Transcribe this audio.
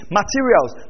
materials